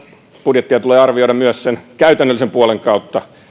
budjettia tulee arvioida myös sen käytännöllisen puolen kautta